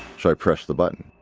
so i press the button.